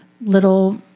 little